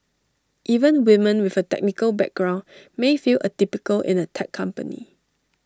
even women with A technical background may feel atypical in A tech company